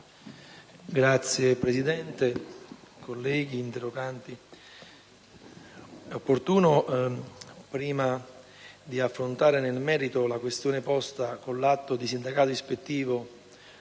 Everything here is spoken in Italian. Signora Presidente, colleghi, interroganti, prima di affrontare nel merito la questione posta con l'atto di sindacato ispettivo,